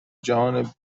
جهان